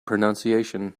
pronunciation